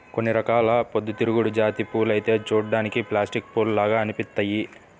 కొన్ని రకాల పొద్దుతిరుగుడు జాతి పూలైతే చూడ్డానికి ప్లాస్టిక్ పూల్లాగా అనిపిత్తయ్యి